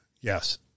Yes